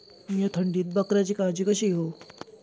मीया थंडीत बकऱ्यांची काळजी कशी घेव?